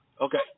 Okay